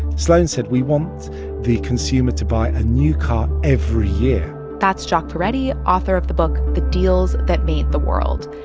sloan said, we want the consumer to buy a new car every year that's jacques peretti, author of the book the deals that made the world.